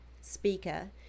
speaker